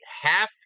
half